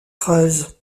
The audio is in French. creuses